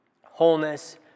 wholeness